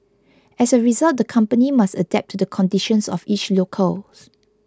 as a result the company must adapt to the conditions of each locale